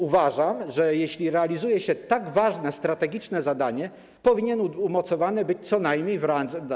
Uważam, że jeśli realizuje się tak ważne strategiczne zadanie, powinien być umocowany co najmniej w randze.